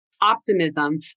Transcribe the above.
optimism